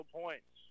points